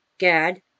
Gad